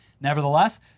Nevertheless